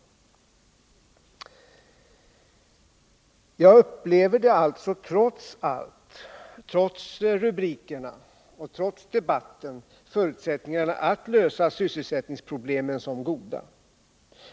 Jag upplever alltså trots allt, trots rubrikerna och trots debatterna, förutsättningarna att lösa sysselsättningsproblemen som goda.